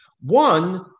One